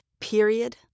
period